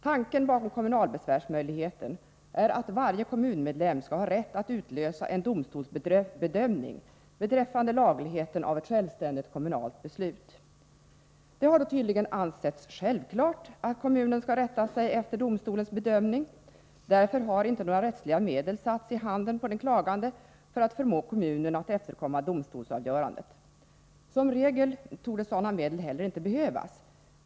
Tanken bakom kommunalbesvärsmöjligheten är att varje kommunmedlem skall ha rätt att kräva en domstolsbedömning beträffande lagligheten av ett självständigt kommunalt beslut. Det har då tydligen ansetts självklart att kommunen skall rätta sig efter domstolens bedömning. Därför har inte några rättsliga medel för att förmå kommunen att efterkomma domstolsavgörandet satts i händerna på den klagande. Som regel torde sådana medel inte heller behövas.